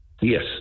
yes